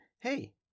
hey